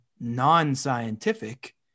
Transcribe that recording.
non-scientific